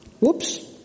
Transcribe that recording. Whoops